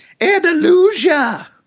Andalusia